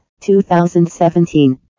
2017